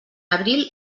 abril